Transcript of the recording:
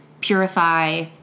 purify